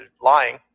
lying